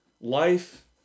Life